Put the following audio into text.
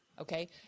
Okay